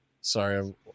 Sorry